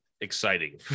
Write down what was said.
exciting